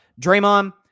Draymond